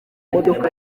modoka